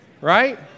right